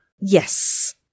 Yes